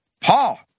Paul